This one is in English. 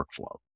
workflow